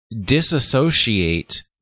disassociate